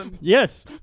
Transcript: Yes